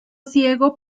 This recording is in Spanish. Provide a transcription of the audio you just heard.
ciego